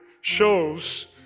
shows